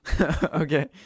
Okay